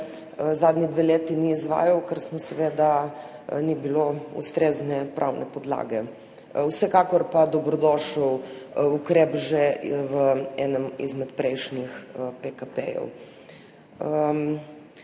zadnji dve leti ni izvajal, ker seveda ni bilo ustrezne pravne podlage. Vsekakor pa dobrodošel ukrep že v enem izmed prejšnjih PKP.